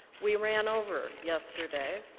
we ran over yesterday.